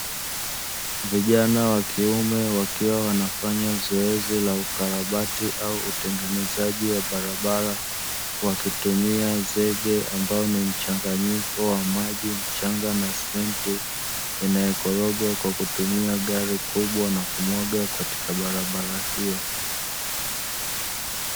Wafanyakazi wa kiume wakiwa wanafanya zoezi la ukarabati au utengenezaji wa barabara wakitumia zege, ambao ni mchanganyiko wa maji, mchanga na saruji inayokorogwa kwa kutumia gari kubwa na kumwaga katika barabara hiyo.